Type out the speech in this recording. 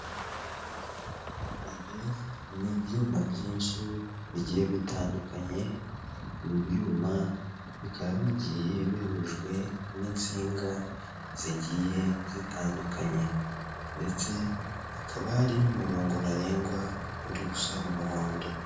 Ibi n'ibyuma byinshi bigiye bitandukanye ibi byuma bikaba bigiye bihujwe n'insinga zigiye zitandukanye ndetse hakaba hari n'umurongo ntarengwa uri gusa umuhondo.